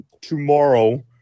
tomorrow